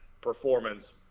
performance